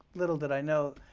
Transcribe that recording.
little did i know,